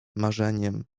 marzeniem